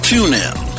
TuneIn